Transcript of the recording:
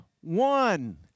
one